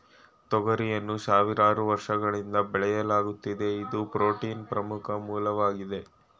ತೊಗರಿಯನ್ನು ಸಾವಿರಾರು ವರ್ಷಗಳಿಂದ ಬೆಳೆಯಲಾಗ್ತಿದೆ ಇದು ಪ್ರೋಟೀನ್ನ ಪ್ರಮುಖ ಮೂಲವಾಗಾಯ್ತೆ